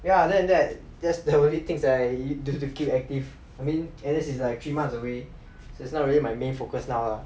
ya other than that that's the only things I do to keep active I mean at least it's like three months away so it's not really my main focus now lah